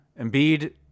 Embiid